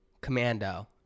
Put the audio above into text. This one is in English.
Commando